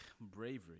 bravery